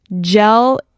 gel